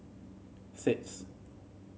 six